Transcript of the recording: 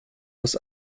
aus